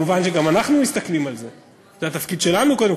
את רואה את הטווחים הנורמליים והלא-נורמליים